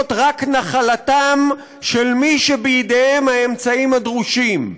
רק נחלתם של מי שבידיהם האמצעים הדרושים.